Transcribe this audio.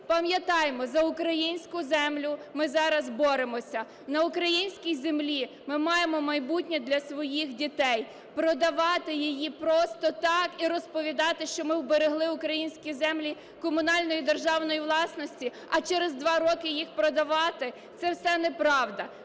Пам'ятаймо: за українську землю ми зараз боремося, на українській землі ми маємо майбутнє для своїх дітей. Продавати її просто так і розповідати, що ми уберегли українські землі комунальної і державної власності, а через два роки їх продавати – це все неправда.